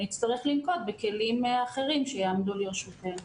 נצטרך לנקוט בכלים אחרים שיעמדו לרשותנו.